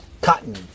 Cotton